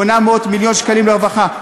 800 מיליון שקלים לרווחה.